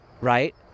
right